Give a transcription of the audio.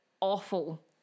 awful